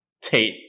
Tate